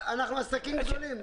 אנחנו עסקים גדולים.